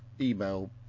email